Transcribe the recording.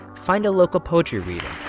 find a local poetry reading